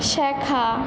শেখা